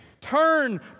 turn